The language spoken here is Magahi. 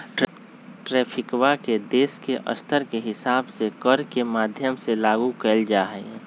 ट्रैफिकवा के देश के स्तर के हिसाब से कर के माध्यम से लागू कइल जाहई